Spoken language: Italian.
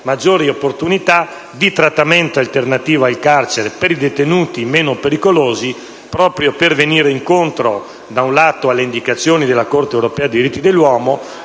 maggiori opportunità di trattamento alternativo al carcere per i detenuti meno pericolosi, proprio per andare incontro alle indicazioni della Corte europea dei diritti dell'uomo